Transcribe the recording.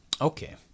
Okay